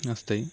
వస్తాయి